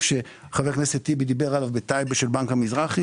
שחבר הכנסת טיבי דיבר עליו בטייבה של בנק המזרחי